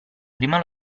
prima